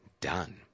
done